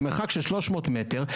במרחק של 300 מטר,